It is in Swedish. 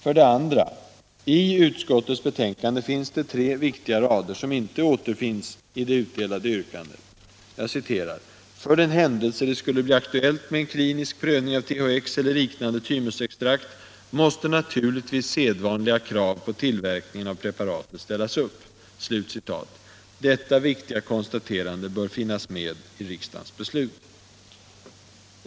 För det andra finns det i utskottets betänkande tre viktiga rader som inte återfinns i det utdelade yrkandet. Jag citerar: ”För den händelse det skulle bli aktuellt med en klinisk prövning av THX eller liknande tymusextrakt, måste naturligtvis sedvanliga krav på tillverkningen av preparatet ställas upp.” Detta viktiga konstaterande bör finnas med i riksdagens beslut.